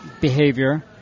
behavior